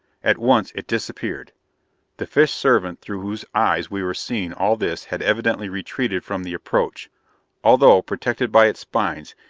at once it disappeared the fish-servant through whose eyes we were seeing all this had evidently retreated from the approach although, protected by its spines,